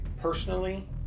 personally